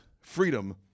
freedom